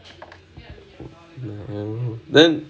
and then